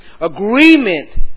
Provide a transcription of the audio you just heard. Agreement